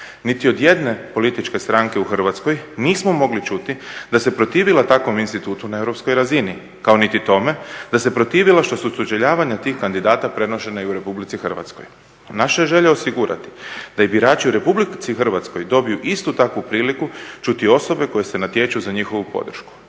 Niti od jedne političke stranke u Hrvatskoj nismo mogli čuti da se protivila takvom institutu na europskoj razini, kao niti tome da se protivila što su sučeljavanja tih kandidata prenošena i u RH. Naša je želja osigurati da i birači u RH dobiju istu takvu priliku čuti osobe koje se natječu za njihovu podršku.